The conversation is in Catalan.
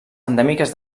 endèmiques